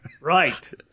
Right